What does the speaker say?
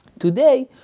today,